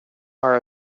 are